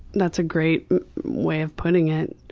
that's a great way of putting it.